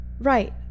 right